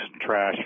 trash